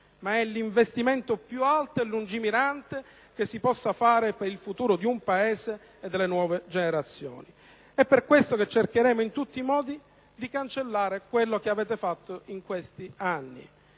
ma è l'investimento più alto e lungimirante che si possa fare per il futuro del Paese e delle nuove generazioni. È per questo motivo che cercheremo in tutti i modi di cancellare quello che avete fatto in questi anni.